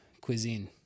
cuisine